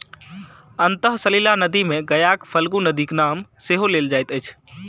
अंतः सलिला नदी मे गयाक फल्गु नदीक नाम सेहो लेल जाइत अछि